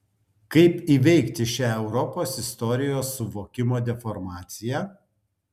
kaip įveikti šią europos istorijos suvokimo deformaciją